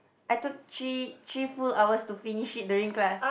I took three three full hours to finish it during class